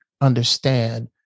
understand